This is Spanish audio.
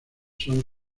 son